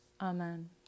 Amen